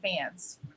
fans